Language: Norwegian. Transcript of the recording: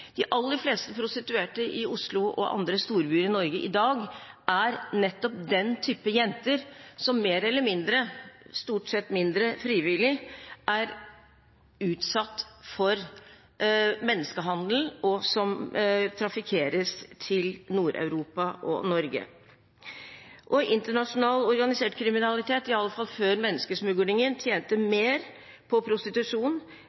De aller fleste prostituerte i Oslo og andre storbyer i Norge i dag er nettopp jenter som mer eller mindre, stort sett mindre frivillig, er utsatt for menneskehandel, og som trafikkeres til Nord-Europa og Norge. Internasjonal organisert kriminalitet, iallfall før menneskesmuglingen, tjente